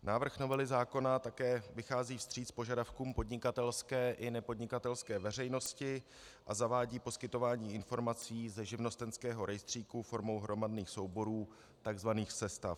Návrh novely zákona také vychází vstříc požadavkům podnikatelské i nepodnikatelské veřejnosti a zavádí poskytování informací ze živnostenského rejstříku formou hromadných souborů, tzv. sestav.